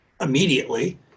immediately